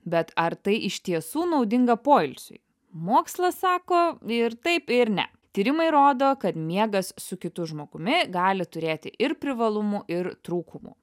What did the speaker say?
bet ar tai iš tiesų naudinga poilsiui mokslas sako ir taip ir ne tyrimai rodo kad miegas su kitu žmogumi gali turėti ir privalumų ir trūkumų